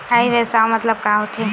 ई व्यवसाय मतलब का होथे?